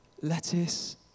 Lettuce